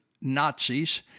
Nazis